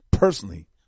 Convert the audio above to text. personally